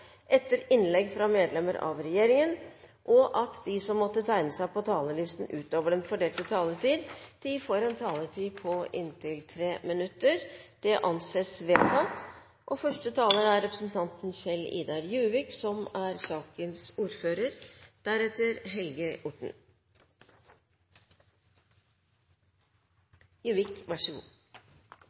etter innlegg fra medlem av regjeringen innenfor den fordelte taletid, og at de som måtte tegne seg på talerlisten utover den fordelte taletid, får en taletid på inntil 3 minutter. – Det anses vedtatt. Dette er ein stor dag for Bergensregionen, ein dag som ein har venta på så